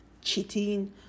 cheating